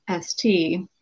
ST